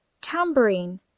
tambourine